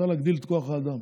צריך להגדיל את כוח האדם.